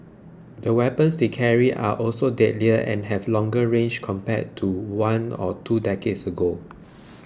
the weapons they carry are also deadlier and have longer range compared to one or two decades ago